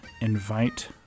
invite